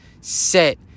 Set